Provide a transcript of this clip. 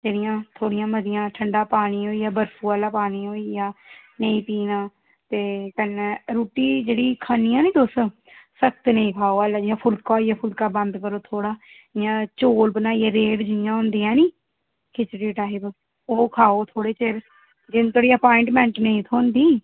ते इ'यां थोह्ड़ियां मतियां ठंडा पानी होई गेआ बर्फू आह्ला पानी होई गेआ नेईं पीना ते कन्नै रुट्टी जेह्ड़ी खन्नियां निं तुस सख्त नेईं खाओ हाल्लें जि'यां फुलका होइया फुलका बंद करो थोह्ड़ा इ'यां चौल बनाइयै रेह्ड़ जि'यां होंदी ऐ निं खिचड़ी टाईप ओह् खाओ थोह्ड़े चिर जिन्ने धोड़ी अपाइंटमेंट नेईं थ्होंदी